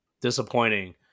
disappointing